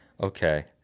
Okay